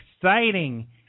exciting